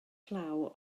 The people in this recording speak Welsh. llaw